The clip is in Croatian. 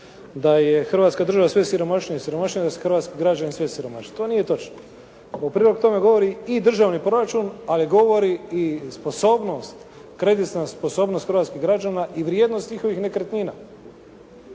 da je Hrvatska država sve siromašnija i siromašnija, da su hrvatski građani sve siromašniji. To nije točno. A u prilog tome govori i državni proračun, ali govori i sposobnost, kreditna sposobnost hrvatskih građana i vrijednost njihovih nekretnina.